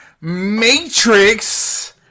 Matrix